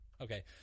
Okay